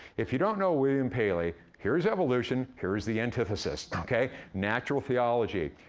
if you don't know william paley, here's evolution, here's the antithesis, okay, natural theology.